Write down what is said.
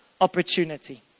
opportunity